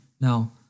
now